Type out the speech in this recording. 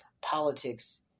politics